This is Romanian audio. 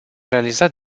realizat